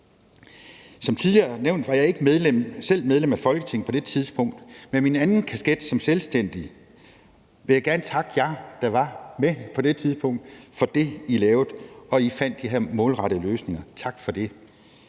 Som tidligere nævnt var jeg ikke selv medlem af Folketinget på det tidspunkt, men set ud fra min anden kasket som selvstændig vil jeg gerne takke jer, der var med på det tidspunkt, for det, I lavede, og at I fandt de her målrettede løsninger. Tak for det.